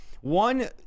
one